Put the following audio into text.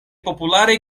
popularaj